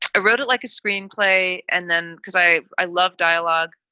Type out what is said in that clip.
i read it like a screenplay. and then because i. i love dialogue.